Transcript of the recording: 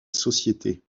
société